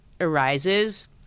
arises